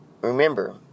Remember